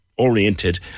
oriented